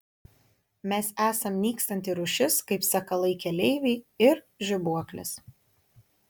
mes esam nykstanti rūšis kaip sakalai keleiviai ir žibuoklės